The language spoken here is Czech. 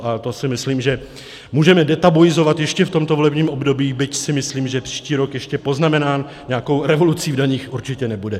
A to si myslím, že můžeme detabuizovat ještě v tomto volebním období, byť si myslím, že příští rok ještě poznamenán nějakou revolucí v daních určitě nebude.